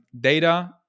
data